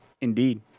Indeed